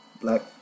black